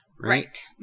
right